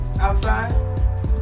outside